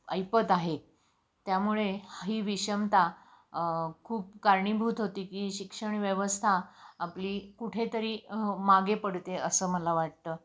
ऐपत आहे त्यामुळे ही विषमता खूप कारणीभूत होती की शिक्षण व्यवस्था आपली कुठेतरी मागे पडते असं मला वाटतं